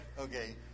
okay